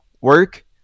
work